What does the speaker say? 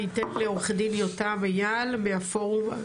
אני אתן לעורך דין יותם אייל מהפורום.